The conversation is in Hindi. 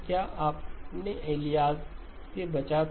क्या आपने एलियासिंग से बचा था